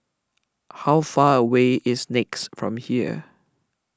how far away is Nex from here